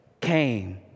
came